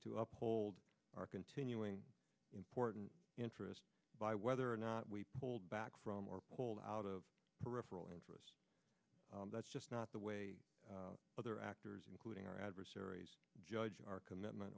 to uphold our continuing important interest by whether or not we pulled back from or pulled out of peripheral interests that's just not the way other actors including our adversaries judge our commitment